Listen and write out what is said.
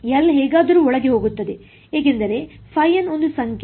L ಹೇಗಾದರೂ ಒಳಗೆ ಹೋಗುತ್ತದೆ ಏಕೆಂದರೆ ϕn ಒಂದು ಸಂಖ್ಯೆ